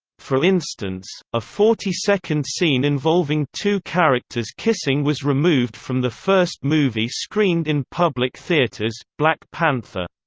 for instance, a forty second scene involving two characters kissing was removed from the first movie screened in public theaters, black panther.